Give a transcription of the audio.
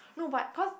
no but cause